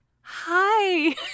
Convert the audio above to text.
hi